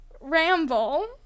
ramble